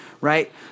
right